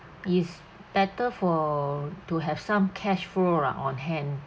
it's better for to have some cash flow lah on hand